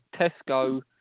Tesco